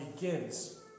begins